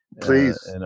Please